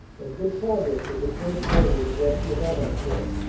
and good progress was at first made in the direction of abancourt,